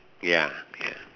ya ya